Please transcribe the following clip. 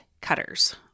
cutters